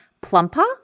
plumper